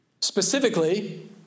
Specifically